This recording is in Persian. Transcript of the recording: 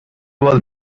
باز